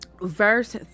Verse